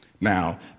Now